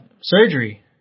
surgery